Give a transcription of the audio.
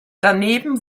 daneben